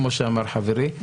כמו שאמר חברי.